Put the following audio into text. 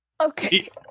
Okay